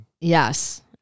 Yes